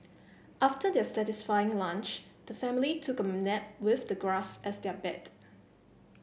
after their satisfying lunch the family took a nap with the grass as their bed